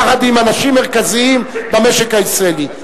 יחד עם אנשים מרכזיים במשק הישראלי.